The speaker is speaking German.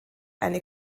eine